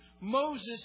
Moses